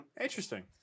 Interesting